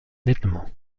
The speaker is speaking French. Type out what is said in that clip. nettement